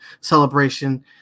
celebration